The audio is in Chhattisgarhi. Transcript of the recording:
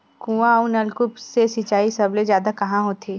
कुआं अउ नलकूप से सिंचाई सबले जादा कहां होथे?